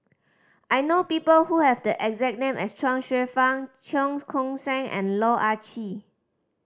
I know people who have the exact name as Chuang Hsueh Fang Cheong Koon Seng and Loh Ah Chee